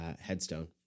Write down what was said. headstone